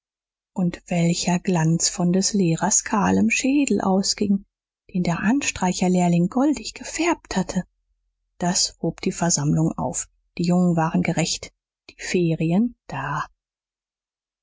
und welcher glanz von des lehrers kahlem schädel ausging den der anstreicherlehrling goldig gefärbt hatte das hob die versammlung auf die jungen waren gerächt die ferien da